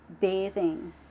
bathing